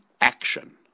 action